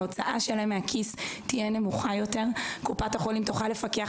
ההוצאה שלהם מהכיס תהיה נמוכה יותר וקופת החולים תוכל לפקח